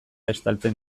estaltzen